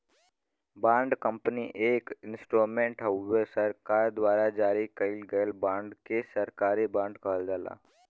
bond company एक instrument हउवे सरकार द्वारा जारी कइल गयल बांड के सरकारी बॉन्ड कहल जाला